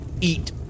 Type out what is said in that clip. eat